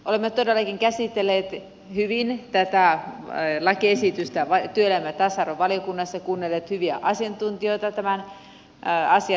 olemme todellakin käsitelleet hyvin tätä lakiesitystä työelämä ja tasa arvovaliokunnassa kuunnelleet hyviä asiantuntijoita tämän asian osalta